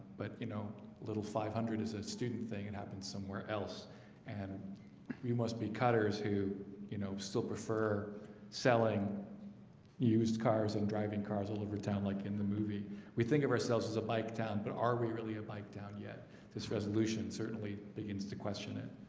but you know little five hundred is a student thing. it and happened somewhere else and we must be cutters who you know still prefer selling used cars and driving cars all over town like in the movie we think of ourselves as a bike town, but are we really a bike down yet this resolution certainly begins to question it